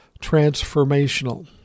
transformational